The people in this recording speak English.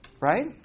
right